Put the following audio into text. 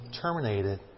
terminated